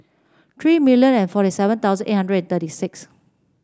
three million and forty seven thousand eight hundred and thirty six